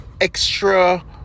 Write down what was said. extra